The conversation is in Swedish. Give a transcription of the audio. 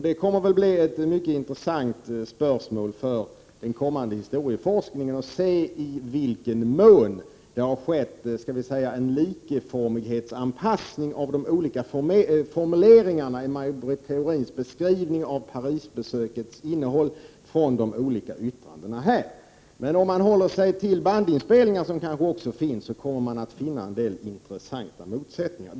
Det kommer att bli ett mycket intressant spörsmål för den kommande historieforskningen att se i vilken mån det har skett en likformighetsanpassning av de olika formuleringarna i Maj Britt Theorins beskrivning av Parisbesökets innehåll i-de olika yttrandena här. Om man håller sig till bandinspelningarna, som också finns, kommer man att finna en del intressanta motsättningar.